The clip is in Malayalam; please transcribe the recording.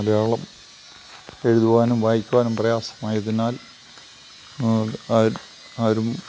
മലയാളം എഴുതുവാനും വായിക്കുവാനും പ്രയാസമായതിനാൽ ആരും